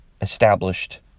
established